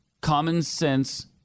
common-sense